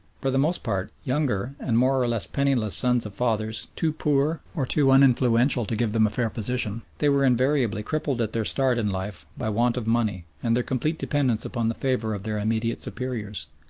for the most part younger and more or less penniless sons of fathers too poor or too uninfluential to give them a fair position, they were invariably crippled at their start in life by want of money and their complete dependence upon the favour of their immediate superiors.